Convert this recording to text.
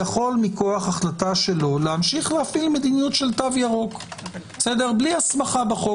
יכול מכוח החלטתו להמשיך להפעיל מדיניות תו ירוק בלי הסמכה בחוק.